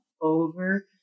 over